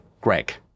greg